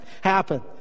happen